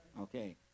Okay